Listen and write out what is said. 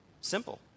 Simple